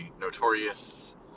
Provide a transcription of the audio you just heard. notorious